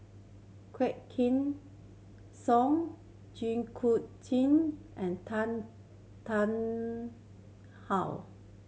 Quah Kim Song Jit Koon Ch'ng and Tan Tarn How